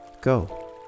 Go